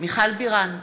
מיכל בירן,